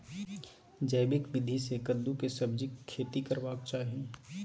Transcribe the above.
जैविक विधी से कद्दु के सब्जीक खेती करबाक चाही?